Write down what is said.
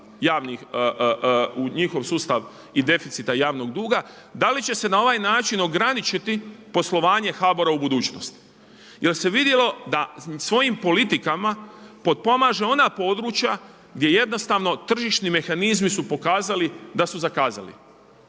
u njihov sustav i deficita i javnog duga, da li će se na ovaj način ograničiti poslovanje HBOR-a u budućnosti. Jel se vidjelo da svojim politikama potpomaže ona područja gdje jednostavno tržišni mehanizmi su pokazali da su zakazali.